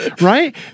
right